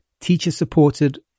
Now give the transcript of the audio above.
teacher-supported